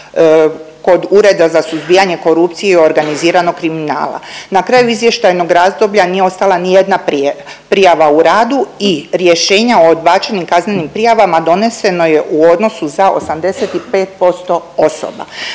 kod Ureda za suzbijanje korupcije i organiziranog kriminala. Na kraju izvještajnog razdoblja nije ostala ni jedna prijava u radu i rješenja o odbačenim kaznenim prijavama doneseno je u odnosu za 85% osoba.